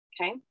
okay